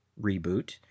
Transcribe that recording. reboot